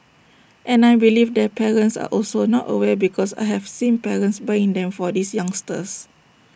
and I believe their parents are also not aware because I have seen parents buying them for these youngsters